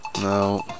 No